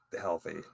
healthy